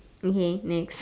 okay next